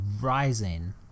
rising